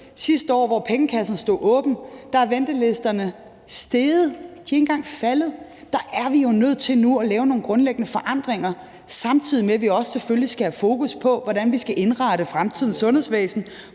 Sidste år, hvor pengekassen stod åben, steg ventelisterne; de blev ikke engang mindre. Der er vi jo nødt til nu at lave nogle grundlæggende forandringer, samtidig med at vi selvfølgelig også skal have fokus på, hvordan vi skal indrette fremtidens sundhedsvæsen,